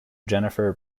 jennifer